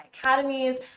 academies